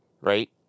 right